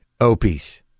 Opie's